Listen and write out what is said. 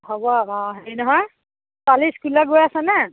হ'ব অঁ হেৰি নহয় ছোৱালী ইস্কুললৈ গৈ আছে নে